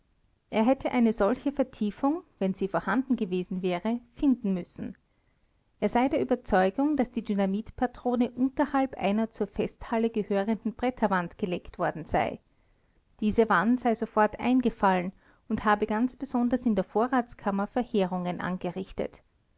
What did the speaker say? er hätte eine solche vertiefung wenn sie vorhanden gewesen wäre finden müssen er sei der überzeugung daß die dynamitpatrone unterhalb einer zur festhalle gehörenden bretterwand gelegt worden sei diese wand sei sofort eingefallen und habe ganz besonders in der vorratskammer verheerungen angerichtet